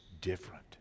different